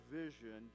vision